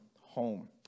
home